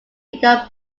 become